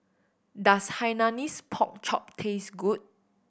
does Hainanese Pork Chop taste good